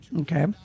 Okay